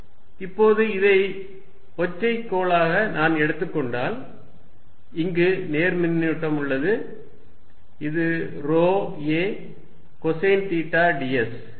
ds எனவே இப்போது இதை ஒற்றை கோளமாக நான் எடுத்துக்கொண்டால் இங்கு நேர் மின்னூட்டம் உள்ளது இது ρ a கொசைன் தீட்டா ds